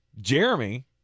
jeremy